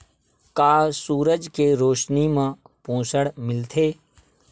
का सूरज के रोशनी म पोषण मिलथे?